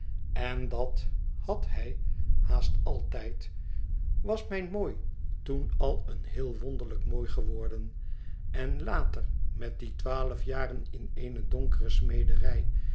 en dat had hij haast altijd was mijn mooi toen al een heel wonderlijk mooi geworden en later met die twaalf jaren in eene donkere smederij